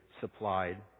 supplied